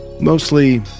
mostly